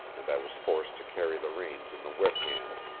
and i was forced to carry the reins in the whip hand.